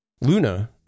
Luna